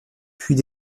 puis